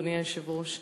אדוני היושב-ראש,